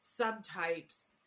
subtypes